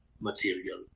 material